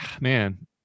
man